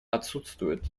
отсутствует